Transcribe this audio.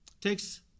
takes